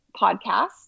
Podcast